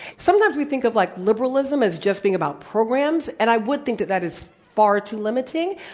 sometimes we think of like liberalism as just being about programs. and i would think that that is far too limiting.